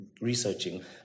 researching